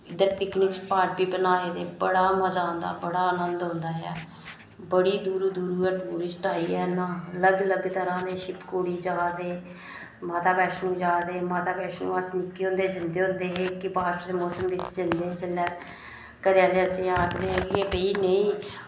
ते picnic spot बी बनाए दे ते बड़ा मज़ा औंदा ते बड़ा आनंद औंदा ऐ बड़ी दूर दूर दा टुरिस्ट आइयै बड़ी अलग अलग तरह दे शिवखोड़ी जा दे माता वैष्णो देवी जा दे माता वैष्णो अस निक्के होंदे जंदे होंदे हे बारिश दे मौसम बिच जंदे हे जेल्लै ते कदें असेंगी आखद कि भाई नेईं